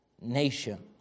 nation